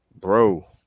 bro